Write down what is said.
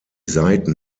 saiten